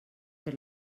per